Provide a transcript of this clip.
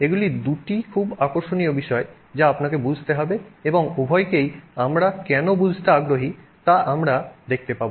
এগুলি দুটি খুব আকর্ষণীয় বিষয় যা আপনাকে বুঝতে হবে এবং উভয়কেই আমরা কেন বুঝতে আগ্রহী তা আমরা দেখতে পাব